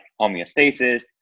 Homeostasis